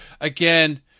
again